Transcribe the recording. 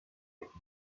deluxe